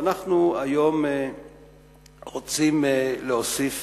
והיום אנחנו רוצים להוסיף